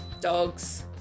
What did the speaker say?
Dogs